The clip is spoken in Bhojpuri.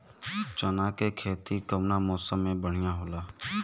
चना के खेती कउना मौसम मे बढ़ियां होला?